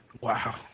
Wow